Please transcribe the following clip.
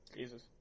Jesus